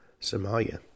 Somalia